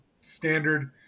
standard